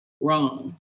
wrong